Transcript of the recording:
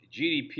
GDP